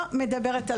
אני לא אדבר על זה.